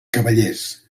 cavallers